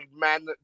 man